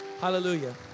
hallelujah